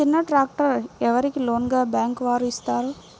చిన్న ట్రాక్టర్ ఎవరికి లోన్గా బ్యాంక్ వారు ఇస్తారు?